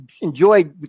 enjoy